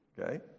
okay